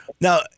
now